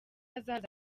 aza